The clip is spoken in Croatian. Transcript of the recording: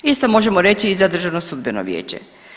Isto možemo reći i za Državno sudbeno vijeće.